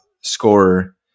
scorer